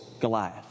Goliath